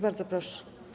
Bardzo proszę.